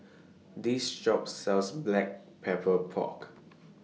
This Shop sells Black Pepper Pork